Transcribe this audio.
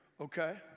okay